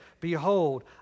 Behold